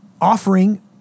offering